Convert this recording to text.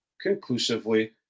conclusively